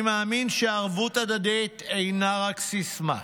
אני מאמין שערבות הדדית אינה רק סיסמה.